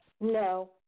No